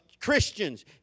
Christians